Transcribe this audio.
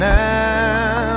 now